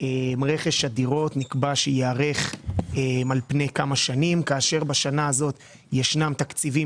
רכש הדירות נקבע שייערך על פני כמה שנים כאשר בשנה הזאת יש תקציבים